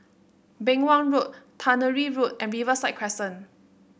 Beng Wan Road Tannery Road and Riverside Crescent